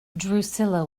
drusilla